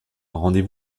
rendez